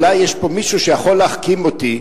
אולי יש פה מישהו שיכול להחכים אותי: